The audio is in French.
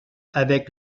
avec